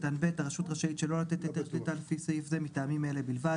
9/ב'.הרשות רשאית שלא לתת היתר שליטה לפי סעיף זה מטעמים אלה בלבד: